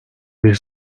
bir